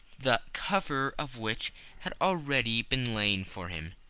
the cover of which had already been laid for him.